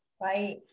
right